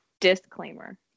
disclaimer